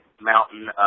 mountain